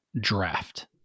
draft